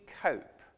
cope